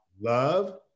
love